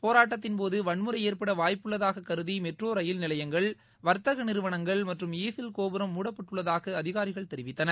போராட்டத்தின்போது வன்முறை ஏற்பட வாய்ப்புள்ளதாகக் கருதி மெட்ரோ ரயில் நிலையங்கள் வர்த்தக நிறுவனங்கள் மற்றும் ஈபில் கோபுரம் மூடப்பட்டுள்ளதாக அதிகாரிகள் தெரிவித்தனர்